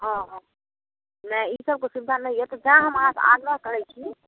हँ हँ नहि ई सबके सुविधा नहि यऽ तऽ तैँ हम अहाँसँ आग्रह करैत छी